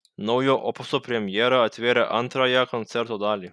naujo opuso premjera atvėrė antrąją koncerto dalį